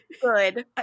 good